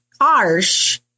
harsh